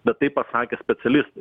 bet tai pasakė specialistai